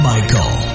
Michael